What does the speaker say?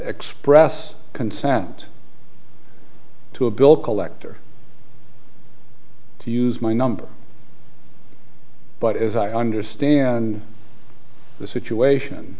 express consent to a bill collector to use my number but as i understand the situation